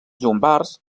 llombards